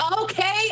Okay